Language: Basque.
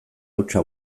hautsa